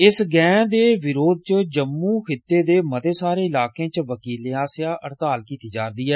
इस गैंह दे विरोध च जम्मू खित्ते दे मते सारे इलाकें च वकीलें आस्सेआ हड़ताल कीती जा'रदी ऐ